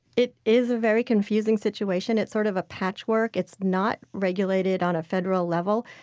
it is a very confusing situation. it's sort of a patchwork it's not regulated on a federal level.